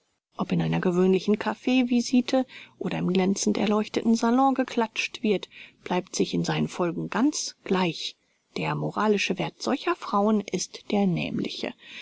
ob in einer gewöhnlichen kaffeevisite oder im glänzend erleuchteten salon geklatscht wird bleibt sich in seinen folgen ganz gleich der moralische werth solcher frauen ist der nämliche